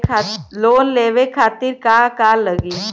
Loan लेवे खातीर का का लगी?